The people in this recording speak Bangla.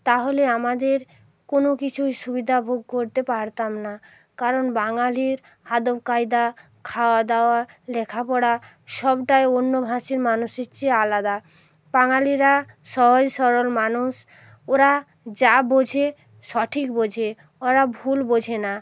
তাহলে আমাদের কোনো কিছুই সুবিধা ভোগ করতে পারতাম না কারণ বাঙালির আদবকায়দা খাওয়া দাওয়া লেখাপড়া সবটাই অন্য ভাষীর মানুষের চেয়ে আলাদা বাঙালিরা সহজ সরল মানুষ ওরা যা বোঝে সঠিক বোঝে ওরা ভুল বোঝে না